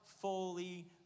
fully